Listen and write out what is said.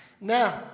Now